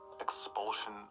expulsion